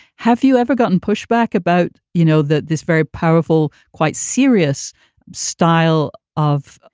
have you ever gotten pushback about, you know, that this very powerful, quite serious style of,